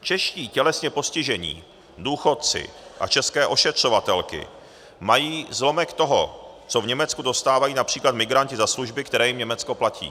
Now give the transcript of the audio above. Čeští tělesně postižení, důchodci a české ošetřovatelky mají zlomek toho, co v Německu dostávají např. migranti za služby, které jim Německo platí.